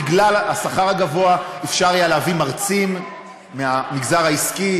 בגלל שכר הלימוד הגבוה אפשר היה להביא מרצים מהמגזר העסקי,